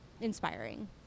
inspiring